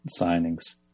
signings